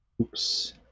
Oops